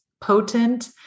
potent